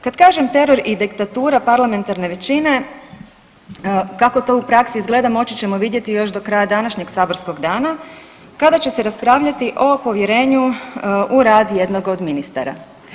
Kad kažem teror i diktatura parlamentarne većine, kako to u praksi izgleda moći ćemo vidjeti još do kraja današnjeg saborskog dana kada će se raspravljati o povjerenju u rad od jednog od ministara.